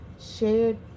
shared